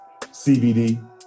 cbd